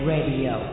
Radio